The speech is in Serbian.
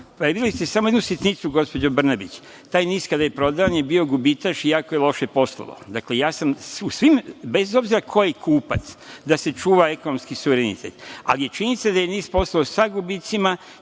Prevideli ste samo jednu sitnicu gospođo Brnabić. Taj NIS kada je prodavan, on je bio gubitaš i jako je loše poslovao. Dakle, ja sam u svim, bez obzira ko je kupac da se čuva ekonomski suverenitet, ali je činjenica da je NIS poslovao sa gubicima